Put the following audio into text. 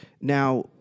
Now